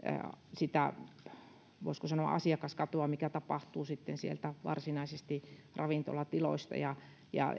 sitä voisiko sanoa asiakaskatoa mikä tapahtuu sitten sieltä varsinaisista ravintolatiloista ja ja